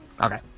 Okay